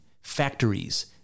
factories